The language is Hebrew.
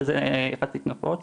שזה יחסית נפוץ